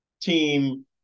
team –